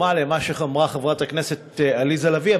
דומה למה שאמרה חברת הכנסת עליזה לביא,